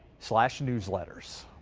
slash newsletters.